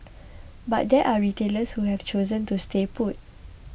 but there are retailers who have chosen to stay put